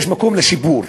יש מקום לשיפור.